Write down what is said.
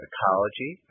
Ecology